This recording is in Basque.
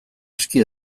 aski